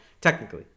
technically